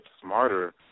smarter